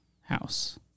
house